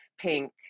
pink